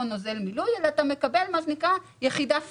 נוזל מילוי אלא אתה מקבל מה שנקרא יחידה פיקס.